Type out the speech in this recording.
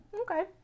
Okay